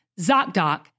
ZocDoc